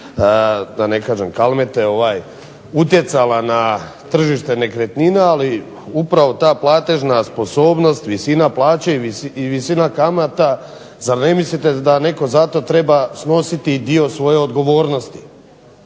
i visina kamata utjecala na tržište nekretnina, ali upravo ta platežna sposobnost, visina plaće i visina kamata zar ne mislite da za to netko treba snositi i dio svoje odgovornosti,